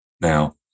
Now